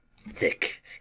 Thick